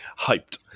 hyped